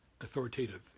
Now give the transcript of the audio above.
authoritative